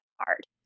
hard